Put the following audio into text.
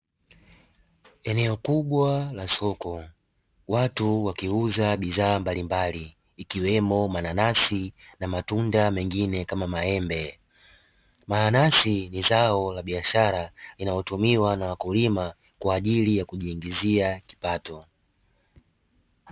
Eneo kubwa la soko, watu wakiuza bidhaa mbalimbali, ikiwemo mananasi na matunda mengine kama maembe. Mananasi ni zao la biashara linalotumiwa na wakulima kwa ajili ya kujiingizia kipato.